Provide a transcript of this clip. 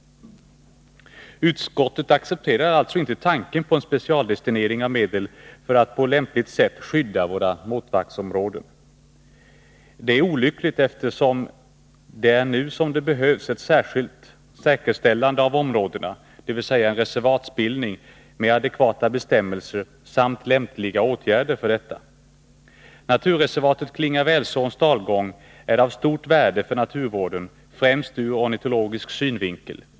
Utskottet accepterar alltså inte tanken på en specialdestinering av medel för att på lämpligt sätt skydda våra våtmarksområden. Det är olyckligt, eftersom det är nu som det behövs ett säkerställande av områdena, dvs. reservatbildning med adekvata bestämmelser, samt lämpliga åtgärder för detta. Naturreservatet Klingavälsåns dalgång är av stort värde för naturvården, främst ur ornitologisk synvinkel.